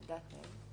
(4)?